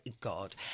god